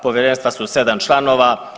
Povjerenstva su 7 članova.